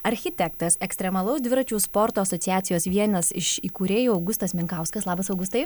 architektas ekstremalaus dviračių sporto asociacijos vienas iš įkūrėjų augustas minkauskas labas augustai